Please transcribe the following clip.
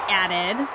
added